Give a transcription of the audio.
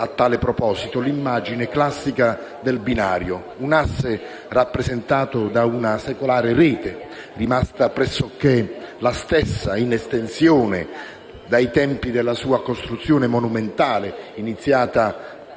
a tale proposito, l'immagine classica del binario: un asse è rappresentato da una secolare rete, rimasta pressoché la stessa, in estensione, dai tempi della sua costruzione monumentale, iniziata